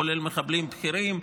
כולל מחבלים בכירים,